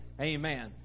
Amen